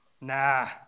Nah